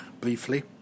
briefly